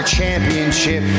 championship